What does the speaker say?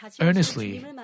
earnestly